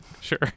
sure